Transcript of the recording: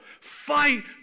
Fight